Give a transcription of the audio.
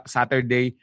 Saturday